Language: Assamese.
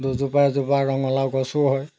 দুজোপা এজোপা ৰঙলাও গছো হয়